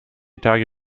tage